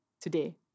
today